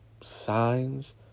signs